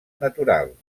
naturals